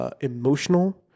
Emotional